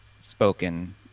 spoken